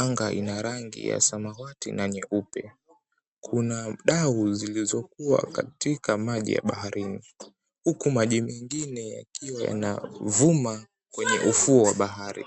Anga ina rangi ya samawati na nyeupe. Kuna mdau zilizokuwa katika maji ya baharini, huku maji mengine yakiwa yanavuma kwenye ufuo wa bahari.